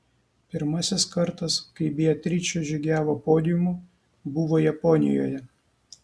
pirmasis kartas kai beatričė žygiavo podiumu buvo japonijoje